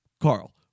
Carl